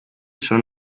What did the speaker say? son